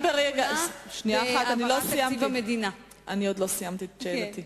אני עוד לא סיימתי את שאלתי.